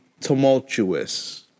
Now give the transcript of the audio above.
tumultuous